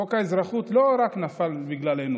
חוק האזרחות לא רק נפל בגללנו,